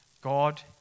God